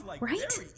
right